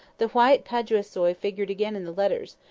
the white paduasoy figured again in the letters,